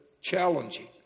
challenging